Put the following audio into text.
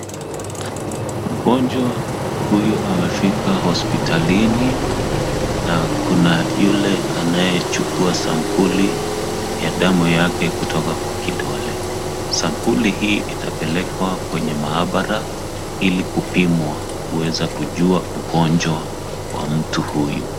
Mgonjwa huyu amefika hospitalini na kuna yule anayechukua sampuli ya damu yake kutoka kwa kidole. Sampuli hii itapelekwa kwenye maabara ili kupimwa kuweza kujua ugonjwa wa mtu huyu.